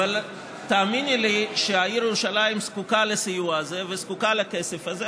אבל תאמין לי שהעיר ירושלים זקוקה לסיוע הזה וזקוקה לכסף הזה,